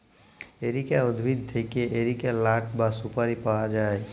areca উদ্ভিদ থেক্যে areca লাট বা সুপারি পায়া যায়